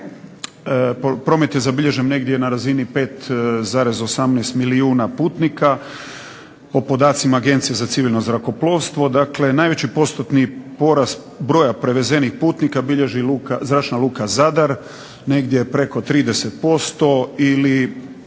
promet je zabilježen na razini 5,18 milijuna putnika. O podacima agencije za civilno zrakoplovstvo, dakle, najveći postotni porast broja prevezenih putnika bilježi zračna luka Zadar, negdje preko 30% ili